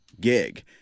gig